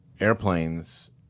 airplanes